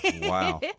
Wow